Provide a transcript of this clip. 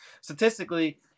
statistically